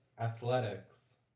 Athletics